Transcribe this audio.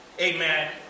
amen